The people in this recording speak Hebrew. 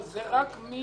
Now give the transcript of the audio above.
זה חל